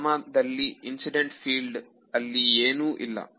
ಇಲ್ಲಿ incident field ಅಲ್ಲಿ ಏನೂ ಇಲ್ಲ